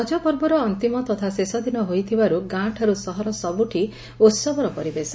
ରକ ପର୍ବର ଅନ୍ତିମ ତଥା ଶେଷ ଦିନ ହୋଇଥିବାରୁ ଗାଁଠାରୁ ସହର ସବୁଠି ଉହବର ପରିବେଶ